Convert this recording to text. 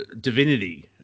divinity